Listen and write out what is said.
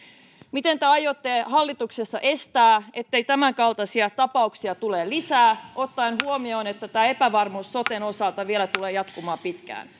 miten te aiotte hallituksessa estää sen että tämänkaltaisia tapauksia tulisi lisää ottaen huomioon että epävarmuus soten osalta vielä tulee jatkumaan pitkään